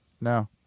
No